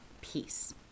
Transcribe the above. peace